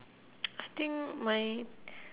I think my